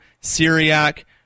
Syriac